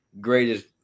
greatest